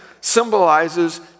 symbolizes